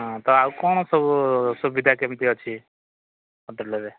ହଁ ତ ଆଉ କ'ଣ ସବୁ ସୁବିଧା କେମିତି ଅଛି ହୋଟେଲରେ